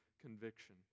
conviction